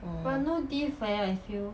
orh